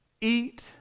Eat